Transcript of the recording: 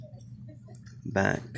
back